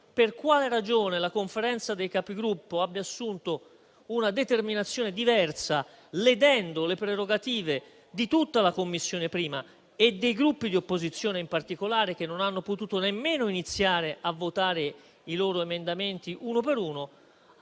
Per quale ragione la Conferenza dei Capigruppo abbia assunto una determinazione diversa, ledendo le prerogative di tutta la 1a Commissione e in particolare dei Gruppi di opposizione, che non hanno potuto nemmeno iniziare a votare i loro emendamenti uno per uno,